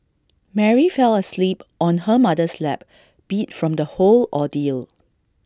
Mary fell asleep on her mother's lap beat from the whole ordeal